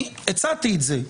הצעתי את זה.